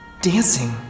dancing